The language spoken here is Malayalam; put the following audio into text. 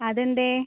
അതെന്തേ